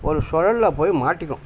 ஒரு சுழல்ல போய் மாட்டிக்கும்